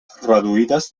reduïdes